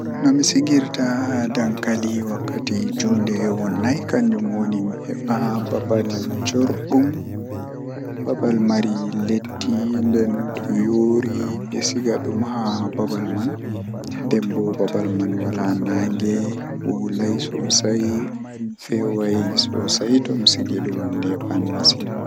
No atakkirta karema arandewol kam a ataggitan kare man ha babal jei wala mburi to awuiti ndei atagga dum didi to a taggi didi alora atagga dum nay atagga dum wurta juwetato haa famdita warta peetel.